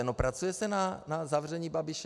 No, pracuje se na zavření Babiše.